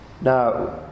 now